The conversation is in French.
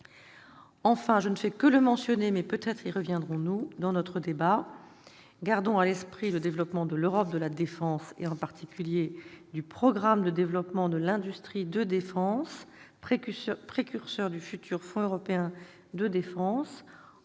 Enfin, je ne fais que le mentionner, mais peut-être y reviendrons-nous au cours du débat, gardons à l'esprit le développement de l'Europe de la défense, et en particulier le programme de développement de l'industrie de défense, précurseur du futur Fonds européen de défense